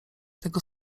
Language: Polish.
tego